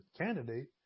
candidate